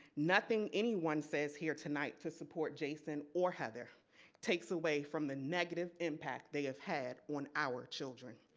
nothing anyone says here tonight to support jason or heather takes away from the negative impact they have had on our children.